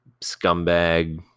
scumbag